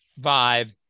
vibe